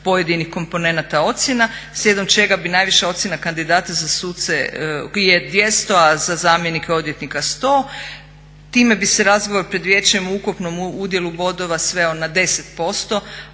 pojedinih komponenata ocjena slijedom čega bi najviša ocjena kandidata za suce bilo 200 a za zamjenike odvjetnika 100. Time bi se razgovor pred vijeće u ukupnom udjelu bodova sveo na 10%